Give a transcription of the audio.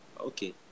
okay